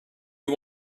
you